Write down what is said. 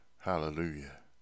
Hallelujah